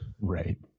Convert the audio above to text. Right